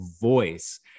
voice